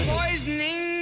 Poisoning